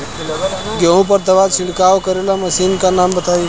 गेहूँ पर दवा छिड़काव करेवाला मशीनों के नाम बताई?